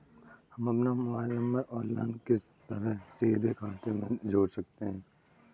हम अपना mobile number online किस तरह सीधे अपने खाते में जोड़ सकते हैं?